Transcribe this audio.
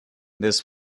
this